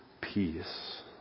peace